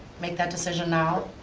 make that decision now.